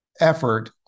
effort